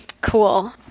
Cool